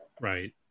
Right